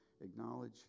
acknowledge